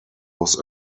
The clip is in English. was